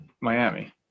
Miami